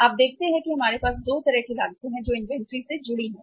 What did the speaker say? आप देखते हैं कि हमारे पास 2 तरह की लागतें हैं जो इन्वेंट्री से जुड़ी हैं